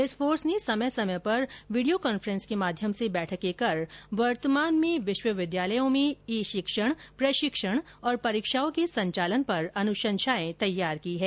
इस फोर्स ने समय समय पर वीडियो कान्फ्रेन्स के माध्यम से बैठकें कर वर्तमान में विश्वविद्यालयों में ई शिक्षण प्रशिक्षण और परीक्षाओं के संचालन पर अनुशंषाए तैयार की है